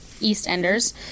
EastEnders